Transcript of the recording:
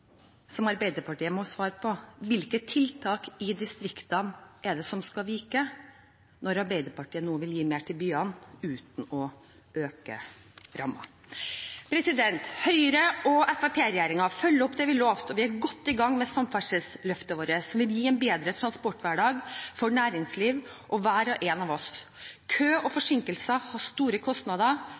som Arbeiderpartiet må svare på, er likevel: Hvilke tiltak i distriktene er det som skal vike når Arbeiderpartiet nå vil gi mer til byene uten å øke rammen? Høyre–Fremskrittsparti-regjeringen følger opp det vi lovte, og vi er godt i gang med samferdselsløftet vårt. Det vil gi en bedre transporthverdag for næringsliv og for hver og en av oss. Kø og forsinkelser har store kostnader,